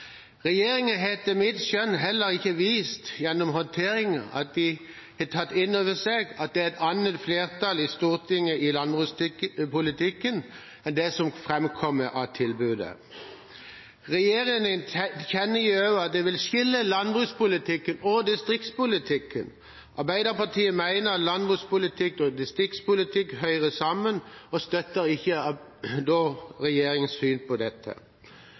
Regjeringen har etter mitt skjønn gjennom håndteringen heller ikke vist at de har tatt inn over seg at det er et annet flertall i Stortinget i landbrukspolitikken, enn slik det framkom av tilbudet. Regjeringen tilkjennegir at man vil skille landbrukspolitikken og distriktspolitikken. Arbeiderpartiet mener at landbrukspolitikk og distriktspolitikk hører sammen, og støtter ikke regjeringens syn på dette.